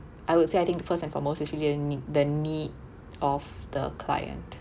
I would say I think the first and foremost is really a need the need of the client